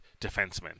defenseman